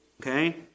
okay